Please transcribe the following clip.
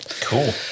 Cool